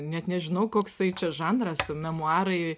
net nežinau koksai čia žanras memuarai